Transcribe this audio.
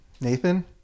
Nathan